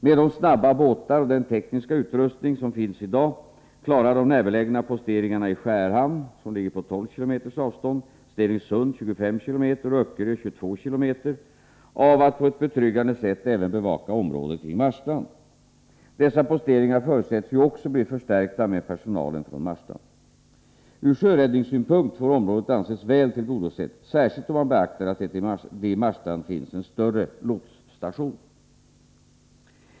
Med de snabba båtar och den tekniska utrustning som finns i dag klarar de närbelägna posteringarna i Skärhamn , Stenungsund och Öckerö av att på ett betryggande sätt även bevaka området kring Marstrand. Dessa posteringar förutsätts ju också bli förstärkta med personalen från Marstrand. Ur sjöräddningssynpunkt får området anses väl tillgodosett, särskilt om man beaktar att det i Marstrand finns en större lotsstation.